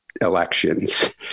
elections